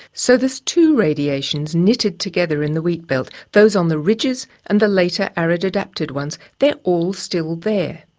so there's two radiations knitted together in the wheatbelt, those on the ridges and the later arid-adapted ones. they're all still there.